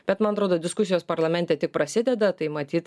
bet man atrodo diskusijos parlamente tik prasideda tai matyt